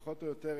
פחות או יותר,